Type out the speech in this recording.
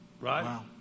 right